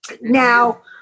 Now